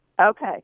Okay